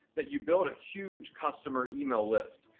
that you build a huge customer email list,